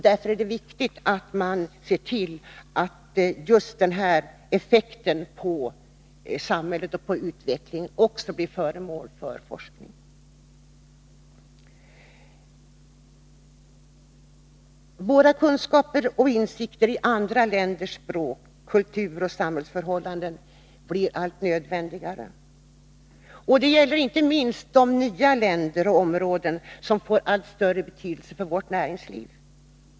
Därför är det viktigt att man ser till att datoriseringens effekter på samhället och på utvecklingen också blir föremål för forskning. Våra kunskaper och insikter i andra länders språk, kultur och samhällsförhållanden blir allt nödvändigare. Detta gäller inte minst de nya länder och områden som får allt större betydelse för vårt näringsliv.